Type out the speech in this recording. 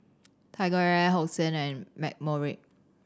TigerAir Hosen and McCormick